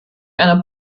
einer